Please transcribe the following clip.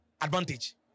advantage